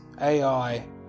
AI